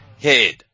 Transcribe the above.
head